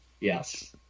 Yes